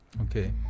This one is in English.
Okay